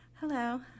Hello